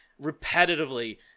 repetitively